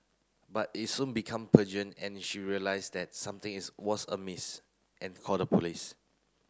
but it soon become and she realised that something is was amiss and called the police